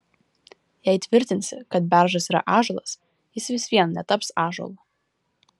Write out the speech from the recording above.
jei tvirtinsi kad beržas yra ąžuolas jis vis vien netaps ąžuolu